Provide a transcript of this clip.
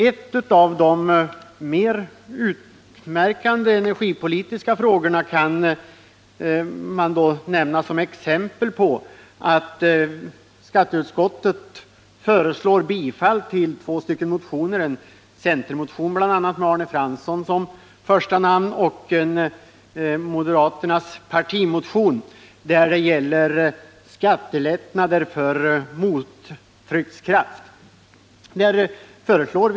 Som ett exempel på detta kan nämnas att skatteutskottet i en av de mer utmärkande energipolitiska frågorna föreslår bifall till två motioner, en centermotion, upptagande Arne Fransson som första namn, och moderaternas partimotion, som gäller skattelättnader för mottryckskraftsanläggningar.